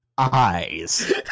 eyes